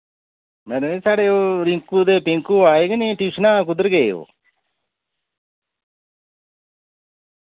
madam ji साढ़े ओह् रिंकू ते टिंकू आए गै निं ट्यूशनां कुद्धर गे ओह्